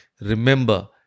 Remember